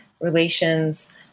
relations